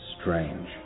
strange